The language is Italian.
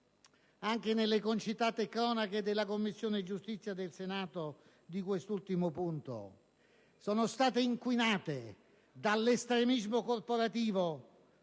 anche nelle concitate cronache della Commissione giustizia del Senato su quest'ultimo punto, è stata inquinata dall'estremismo corporativo